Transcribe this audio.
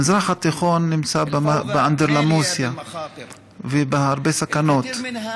המזרח התיכון נמצא באנדרלמוסיה שבה הרבה סכנות.